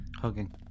Hugging